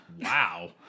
Wow